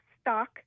stock